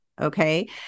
okay